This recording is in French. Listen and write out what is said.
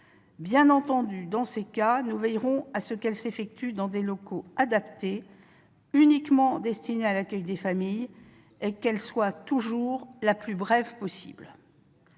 Bien entendu, dans ces cas, nous veillerons à ce que celle-ci s'effectue dans des locaux adaptés, uniquement destinés à l'accueil des familles, et à ce qu'elle soit toujours la plus brève possible.